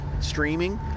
streaming